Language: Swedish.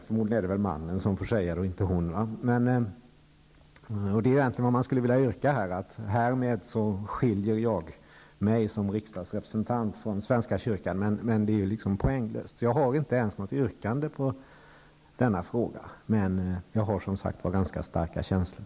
Förmodligen är det mannen som får säga det och inte hustrun. Det är egentligen vad jag skulle vilja yrka. Härmed skiljer jag mig som riksdagsrepresentant från svenska kyrkan. Men det är liksom poänglöst. Jag har inte ens något yrkande i denna fråga. Men jag har som sagt ganska starka känslor.